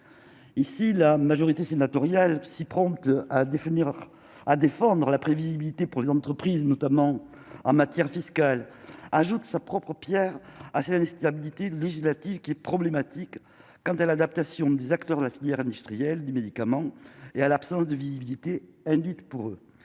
ici la majorité sénatoriale psy prompte à définir à défendre à la prévisibilité pour les entreprises, notamment en matière fiscale, ajoute sa propre Pierre à système dit-il législative qui est problématique quand elle l'adaptation des acteurs de la filière industrielle du médicament et à l'absence de visibilité indique pour eux